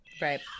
Right